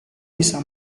bisa